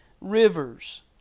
rivers